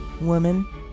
woman